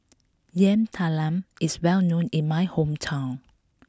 Yam Talam is well known in my hometown